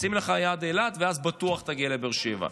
שים לך כיעד את אילת, ואז בטוח תגיע לבאר שבע.